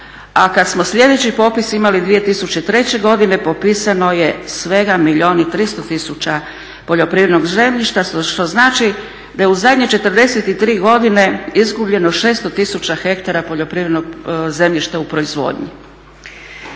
a kada smo sljedeći popis imali 2003. godine popisano je svega milijun i 300 tisuća poljoprivrednog zemljišta što znači da je u zadnje 43 godine izgubljeno 600 tisuća hektara poljoprivrednog zemljišta u proizvodnji.